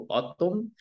autumn